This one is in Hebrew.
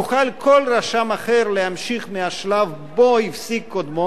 יוכל כל רשם אחר להמשיך מהשלב שבו הפסיק קודמו